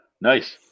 Nice